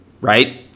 right